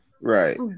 Right